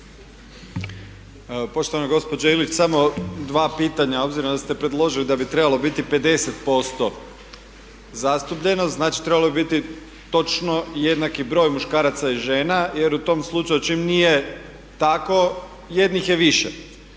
Poštovana gospođo Ilić, samo dva pitanja. Obzirom da ste predložilo da bi trebalo biti 50% zastupljenost, znači trebalo bi biti točno jednaki broj muškaraca i žena jer u tom slučaju čim nije tako jednih je više.